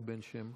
אלי בן שם,